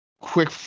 Quick